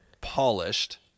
polished